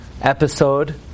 episode